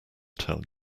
tell